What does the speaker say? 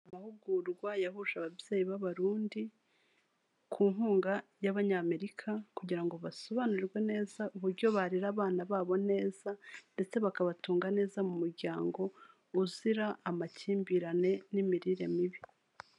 Amahugurwa yahuje ababyeyi b'abarundi, ku nkunga y'abanyamerika kugira ngo basobanurirwe neza uburyo barera abana babo neza, ndetse bakabatunga neza mu muryango uzira amakimbirane n'imirire mibi.